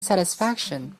satisfaction